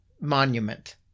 monument